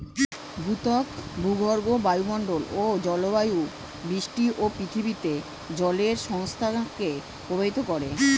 ভূত্বক, ভূগর্ভ, বায়ুমন্ডল ও জলবায়ু বৃষ্টি ও পৃথিবীতে জলের সংস্থানকে প্রভাবিত করে